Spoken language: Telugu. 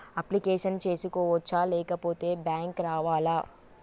అప్లికేషన్ చేసుకోవచ్చా లేకపోతే బ్యాంకు రావాలా?